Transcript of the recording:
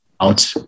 out